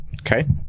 Okay